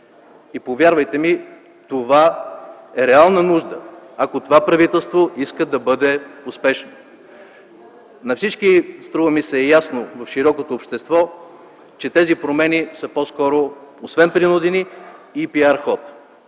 Повярвайте ми, това е реална нужда, ако това правителство иска да бъде успешно. На всички, струва ми се, е ясно в широкото общество, че тези промени са по-скоро освен принудени и PR ход,